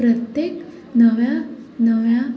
प्रत्येक नव्या नव्या